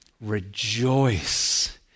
rejoice